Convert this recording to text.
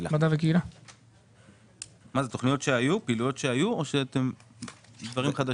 אלה פעילויות שהיו או דברים חדשים?